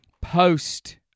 post